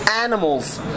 animals